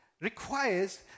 requires